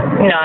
No